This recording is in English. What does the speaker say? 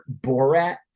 Borat